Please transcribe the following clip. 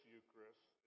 Eucharist